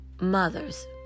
mothers